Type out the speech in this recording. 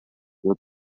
were